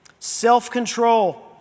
Self-control